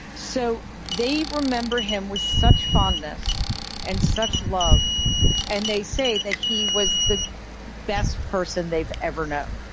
so they remember him with such fondness and such love and they say that he was the best person they've ever known.